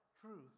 truth